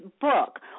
book